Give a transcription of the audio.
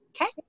okay